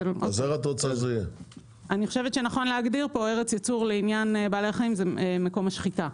אני חושבת שנכון להגדיר: ארץ ייצור לעניין בעלי החיים זה מקום השחיטה.